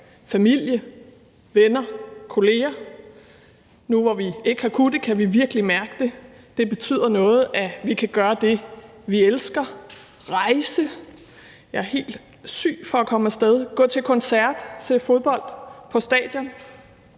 familie, venner, kolleger. Nu, hvor vi ikke har kunnet det, kan vi virkelig mærke det. Det betyder noget, at vi kan gøre det, vi elsker: rejse – jeg er helt syg for at komme af sted – gå til koncert, se fodbold på stadion.